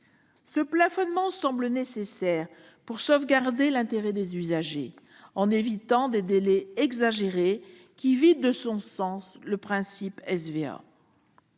Ce plafonnement semble nécessaire pour sauvegarder l'intérêt des usagers et éviter que des délais exagérés ne vident de son sens le principe SVA.